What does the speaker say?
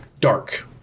dark